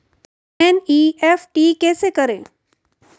NEFT कैसे करें?